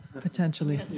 potentially